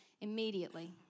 immediately